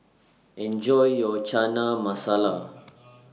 Enjoy your Chana Masala